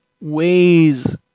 ways